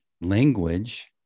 language